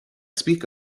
speak